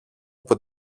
από